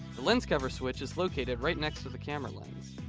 the lens cover switch is located right next to the camera lens.